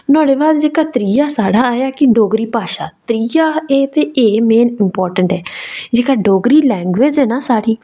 नुआढ़े बाद जेह्का त्रीया साढ़ा आए डोगरी भाशा ते एह् मेन इम्पार्टेंट ऐ ते जेह्की डोगरी लैंग्वेज ऐ ना साढ़ी